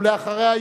אחריה,